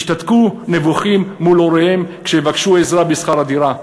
ישתתקו נבוכים מול הוריהם שיבקשו עזרה בשכר הדירה,